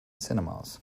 cinemas